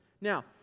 Now